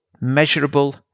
Measurable